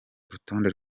rutonde